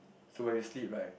so when you sleep right